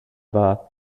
war